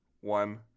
One